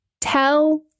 Tell